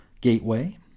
Gateway